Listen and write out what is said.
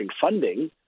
funding